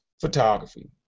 photography